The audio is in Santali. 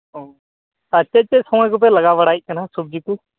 ᱚ ᱟᱨ ᱪᱮᱫ ᱪᱮᱫ ᱥᱚᱢᱚᱭ ᱠᱚᱯᱮ ᱞᱟᱜᱟᱣ ᱵᱟᱲᱟᱭᱮᱫ ᱠᱟᱱᱟ ᱥᱚᱵᱡᱤ ᱠᱚ